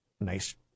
nice –